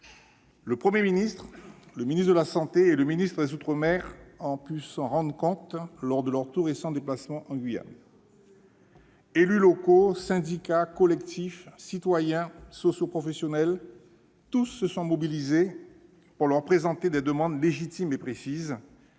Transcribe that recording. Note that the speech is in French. Le Premier ministre, le ministre des solidarités et de la santé et le ministre des outre-mer ont pu s'en rendre compte lors de leur tout récent déplacement en Guyane. Élus locaux, syndicats, collectifs citoyens, socioprofessionnels, tous se sont mobilisés pour leur présenter des demandes légitimes et précises,